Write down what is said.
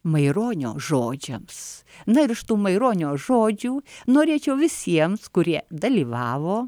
maironio žodžiams na ir iš tų maironio žodžių norėčiau visiems kurie dalyvavo